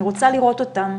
אני רוצה לראות אותם.